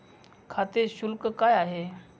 खाते शुल्क काय आहे?